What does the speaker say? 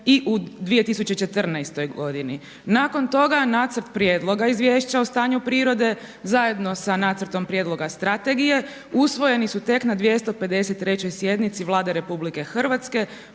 i u 2014. godini. Nakon toga Nacrt prijedloga izvješća o stanju prirode zajedno sa Nacrtom prijedloga strategije usvojeni su tek na 253. sjednici Vlade RH održanoj